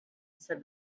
said